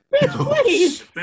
Please